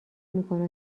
میکنه